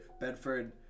Bedford